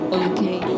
okay